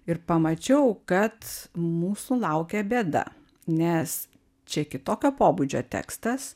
ir pamačiau kad mūsų laukia bėda nes čia kitokio pobūdžio tekstas